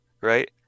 right